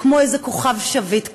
כמו איזה כוכב שביט כזה,